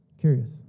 Curious